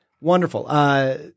wonderful